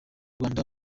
rwanda